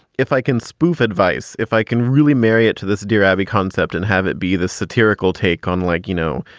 if i can spoof advice, if i can really marry it to this dear abby concept and have it be the satirical take on like, you know,